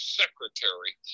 secretary